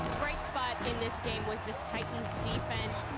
bright spot in this game was this titans defense.